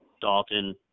Dalton